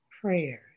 prayers